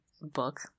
book